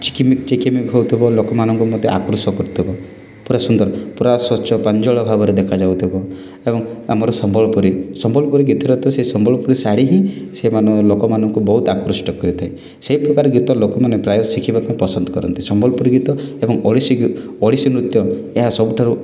ଚିକ୍ମିକ୍ ଚିକ୍ମିକ୍ ହେଉଥିବ ଲୋକମାନଙ୍କୁ ମଧ୍ୟ ଆକୃଷ୍ଟ କରୁଥିବ ପୂରା ସୁନ୍ଦର ପୂରା ସ୍ଵଚ୍ଛ ପ୍ରାଞ୍ଜଳ ଭାବରେ ଦେଖାଯାଉଥିବ ଏବଂ ଆମର ସମ୍ବଲପୁରୀ ସମ୍ବଲପୁରୀ ଗୀତରେ ତ ସେଇ ସମ୍ବଲପୁରୀ ଶାଢ଼ି ହିଁ ସେମାନେ ଲୋକମାନଙ୍କୁ ବହୁତ ଆକୃଷ୍ଟ କରିଥାଏ ସେ ପ୍ରକାର ଗୀତ ଲୋକମାନେ ପ୍ରାୟ ଶିଖିବାକୁ ପସନ୍ଦ କରନ୍ତି ସମ୍ବଲପୁରୀ ଗୀତ ଏବଂ ଓଡ଼ିଶୀ ଗୀ ଓଡ଼ିଶୀ ନୃତ୍ୟ ଏହା ସବୁଠାରୁ